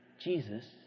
Jesus